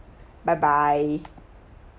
bye bye